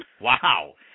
Wow